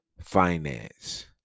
finance